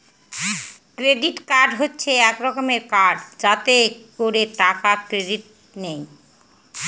credit card হচ্ছে এক রকমের কার্ড যাতে করে টাকা ক্রেডিট নেয়